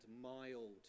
mild